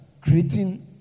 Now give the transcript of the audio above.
creating